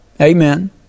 Amen